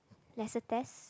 lesser test